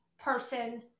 person